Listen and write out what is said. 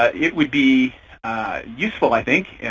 ah it would be useful, i think,